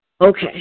Okay